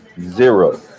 zero